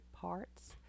parts